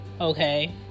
okay